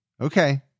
Okay